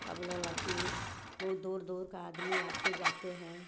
का बोला ला कि बहुत दूर दूर के आदमी आते जाते हैं